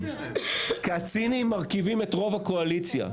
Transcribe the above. כי הציניים מרכיבים את רוב הקואליציה,